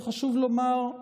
וחשוב לומר: